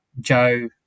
Joe